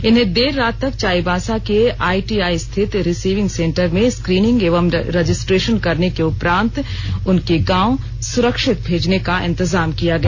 इन्हें देर रात तक चाईबासा के आईटीआई स्थित रिसीविंग सेंटर में स्क्रीनिंग एवं रजिस्ट्रेशन करने के उपरांत उनके गांव सुरक्षित भेजने का इंतजाम किया गया